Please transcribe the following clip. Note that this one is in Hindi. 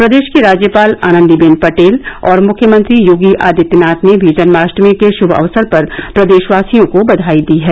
प्रदेश की राज्यपाल आनन्दीबेन पटेल और मुख्यमंत्री योगी आदित्यनाथ ने भी जन्माष्टमी के शुभ अवसर पर प्रदेशवासियों को बधाई दी है